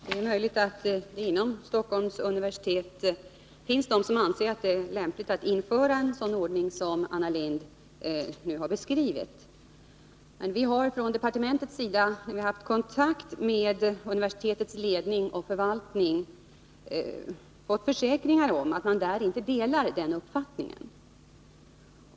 Herr talman! Det är möjligt att det inom Stockholms universitet finns de som anser att det är lämpligt att införa en sådan ordning som Anna Lindh nu har beskrivit. Men vi har från departementets sida haft kontakt med universitetets ledning och förvaltning och fått försäkringar om att man där inte delar den uppfattningen.